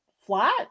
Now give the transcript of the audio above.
flat